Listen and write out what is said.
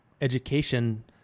education